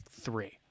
three